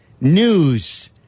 news